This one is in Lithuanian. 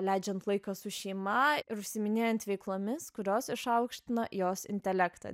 leidžiant laiką su šeima ir užsiiminėjant veiklomis kurios išaukština jos intelektą